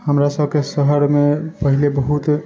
हमरा सभके शहरमे पहिले बहुत